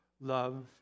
love